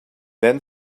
then